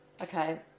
Okay